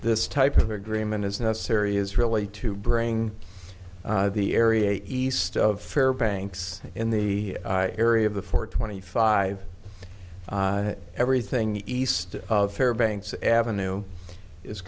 this type of agreement is necessary is really to bring the area east of fair banks in the area of the four twenty five everything east of fairbanks ave